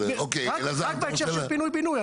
רק בהקשר של פינוי בינוי,